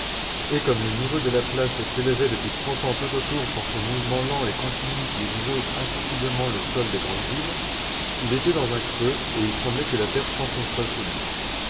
et comme le niveau de la place s'élevait depuis trente ans tout autour par ce mouvement lent et continu qui exhausse insensiblement le sol des grandes villes il était dans un creux et il semblait que la terre s'enfonçât sous lui